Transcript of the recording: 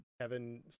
Kevin